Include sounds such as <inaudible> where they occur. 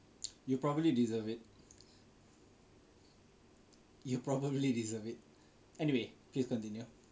<noise> you probably deserve it you probably deserve it anyway please continue